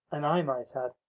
and, i might add,